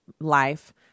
life